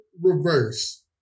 reverse